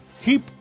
keep